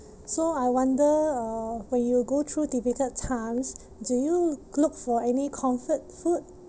so I wonder uh when you go through difficult times do you look for any comfort food